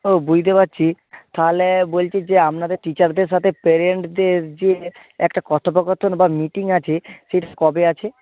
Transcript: ও বুঝতে পারছি তাহলে বলছি যে আপনাদের টিচারদের সাথে পেরেন্টদের যে একটা কথোপকথন বা মিটিং আছে সেটা কবে আছে